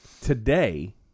Today